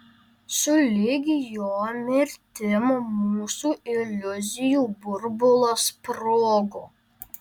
sulig jo mirtim mūsų iliuzijų burbulas sprogo